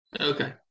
Okay